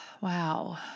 Wow